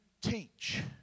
teach